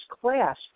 class